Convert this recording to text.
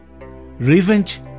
Revenge